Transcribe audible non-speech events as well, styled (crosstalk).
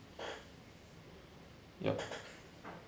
(breath) yup